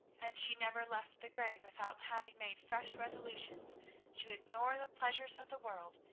and she never left the grave without having made fresh resolutions to ignore the pleasures of the world,